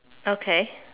okay